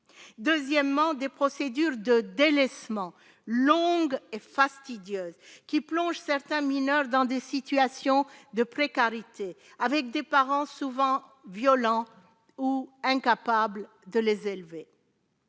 deuxièmement des procédures de délaissement longue et fastidieuse qui plonge certains mineurs dans des situations de précarité avec des parents souvent violents ou incapables de les élever.